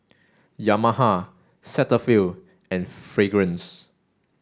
Yamaha Cetaphil and Fragrance